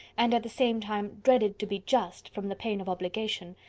and at the same time dreaded to be just, from the pain of obligation,